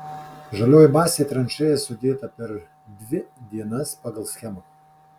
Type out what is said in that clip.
žalioji masė į tranšėjas sudėta per dvi dienas pagal schemą